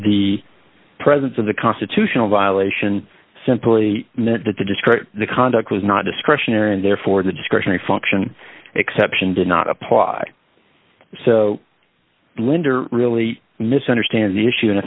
the presence of the constitutional violation simply meant that the district the conduct was not discretionary and therefore the discretionary function exception did not apply so linder really misunderstand the issue and i